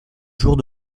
jours